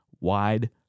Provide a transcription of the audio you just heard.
wide